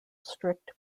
strict